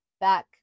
back